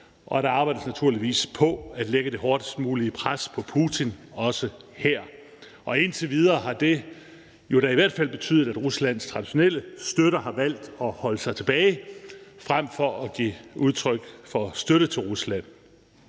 og der arbejdes naturligvis også her på at lægge det hårdest mulige pres på Putin. Og indtil videre har det jo da i hvert fald betydet, at Ruslands traditionelle støtter har valgt at holde sig tilbage frem for at give udtryk for støtte til Rusland.